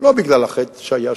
לא בגלל החטא שהיה שם,